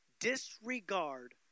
disregard